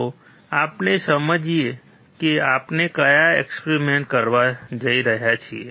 ચાલો આપણે સમજીએ કે આપણે કયા એક્સપેરિમેન્ટ કરવા જઈ રહ્યા છીએ